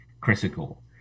critical